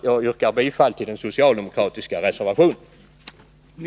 Jag yrkar bifall till den socialdemokratiska reservationen.